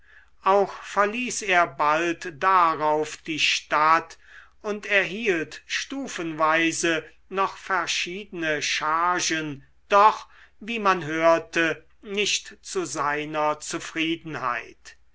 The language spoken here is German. auch verließ er bald darauf die stadt und erhielt stufenweise noch verschiedene chargen doch wie man hörte nicht zu seiner zufriedenheit